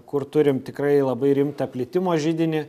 kur turim tikrai labai rimtą plitimo židinį